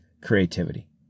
creativity